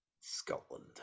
Scotland